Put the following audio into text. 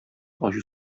ачу